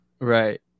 Right